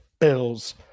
Bills